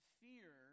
fear